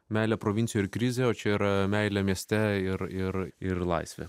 meilė provincijoj ir krizė o čia yra meilė mieste ir ir ir laisvė